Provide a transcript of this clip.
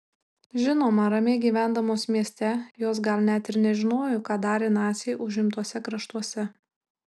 žinoma ramiai gyvendamos mieste jos gal net ir nežinojo ką darė naciai užimtuose kraštuose